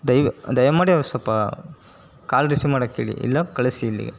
ದಯ ದಯಮಾಡಿ ಅವ್ರ್ಗೆ ಸ್ವಲ್ಪ ಕಾಲ್ ರಿಸೀವ್ ಮಾಡಕ್ಕೆ ಹೇಳಿ ಇಲ್ಲ ಕಳಿಸಿ ಇಲ್ಲಿಗೆ